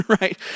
right